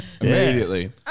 immediately